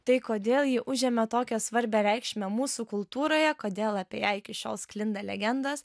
tai kodėl ji užėmė tokią svarbią reikšmę mūsų kultūroje kodėl apie ją iki šiol sklinda legendos